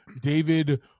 David